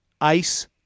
Ice